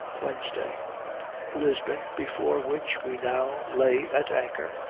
wednesday lisbon, before which we now lay at anchor,